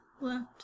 left